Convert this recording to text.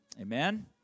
Amen